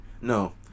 No